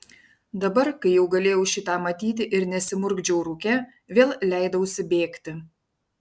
dabar kai jau galėjau šį tą matyti ir nesimurkdžiau rūke vėl leidausi bėgti